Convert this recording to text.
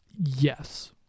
yes